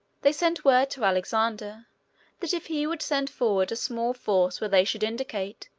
they sent word to alexander that if he would send forward a small force where they should indicate,